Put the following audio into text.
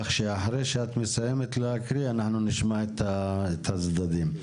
אחרי שאת מסיימת להקריא, אנחנו נשמע את הצדדים.